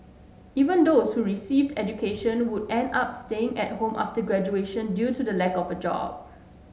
even those who received education would end up staying at home after graduation due to the lack of a job